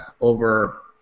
over